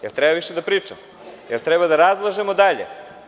Jel treba više da pričam, jel treba da razlažemo dalje?